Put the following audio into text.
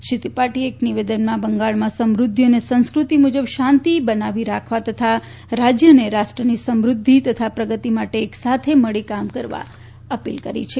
શ્રી ત્રિપાઠીએ એક નિવેદનમાં બંગાળમાં સમૃદ્ધી અને સંસ્કૃતિ મુજબ શાંતિ બનાવી રાખવા તથા રાજ્ય અને રાષ્ટ્રની સમૃદ્ધિ તથા પ્રગતિ માટે એક સાથે મળીને કામ કરવાની અપીલ કરી છે